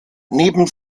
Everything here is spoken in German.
neben